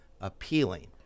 appealing